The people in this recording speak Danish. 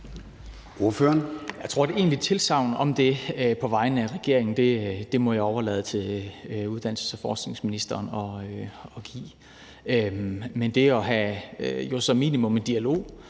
Jeg tror, at et egentligt tilsagn om det på vegne af regeringen er noget, jeg må overlade til uddannelses- og forskningsministeren at give. Men som minimum at have